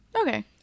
Okay